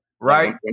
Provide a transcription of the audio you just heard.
Right